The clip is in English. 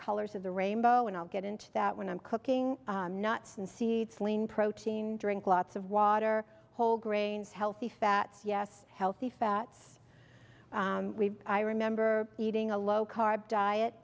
colors of the rainbow and i'll get into that when i'm cooking nuts and seeds lean protein drink lots of water whole grains healthy fats yes healthy fats we i remember eating a low